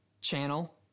channel